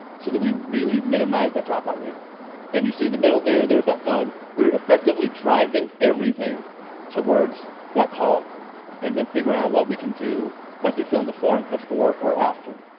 so that we really minimise that dropout rate and you see, in the middle there, there's that phone. we're effectively driving everything towards that call and then figure out what we can do once they fill in the form, before or after,